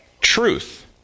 truth